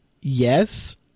Yes